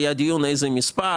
היה דיון איזה מספר